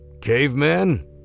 Cavemen